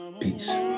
Peace